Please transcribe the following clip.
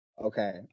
Okay